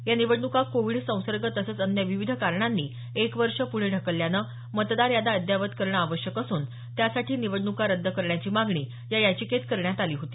या निवडणुका कोविड संसर्ग तसंच अन्य विविध कारणांनी एक वर्ष पुढे ढकलल्यानं मतदार याद्या अद्ययावत करणं आवश्यक असून त्यासाठी निवडणुका रद्द करण्याची मागणी या याचिकेत करण्यात आली होती